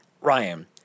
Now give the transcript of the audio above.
Ryan